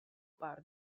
pár